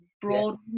broad